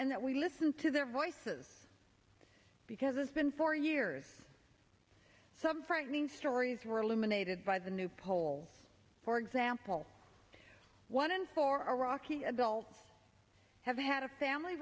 that we listen to their voices because has been for years some frightening stories were eliminated by the new polls for example one in four rocky adults have had a family